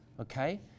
okay